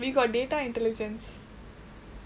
we got data intelligence